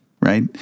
right